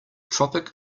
tropic